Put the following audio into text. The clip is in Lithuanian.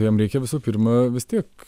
jiem reikia visų pirma vis tiek